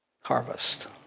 harvest